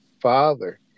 father